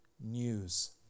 news